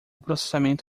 processamento